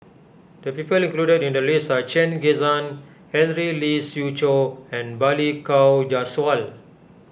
the people included in the list are Chen Kezhan Henri Lee Siew Choh and Balli Kaur Jaswal